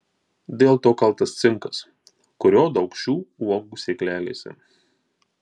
dėl to kaltas cinkas kurio daug šių uogų sėklelėse